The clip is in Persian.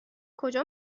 کجا